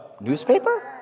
newspaper